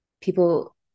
people